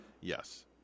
Yes